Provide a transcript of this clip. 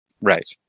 Right